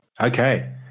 okay